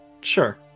Sure